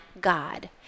God